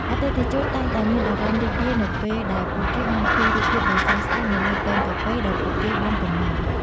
អតិថិជនតែងតែមានអារម្មណ៍រីករាយនៅពេលដែលពួកគេបានឃើញរូបភាពដ៏ស្រស់ស្អាតនៅលើពែងកាហ្វេដែលពួកគេបានកុម្ម៉ង់។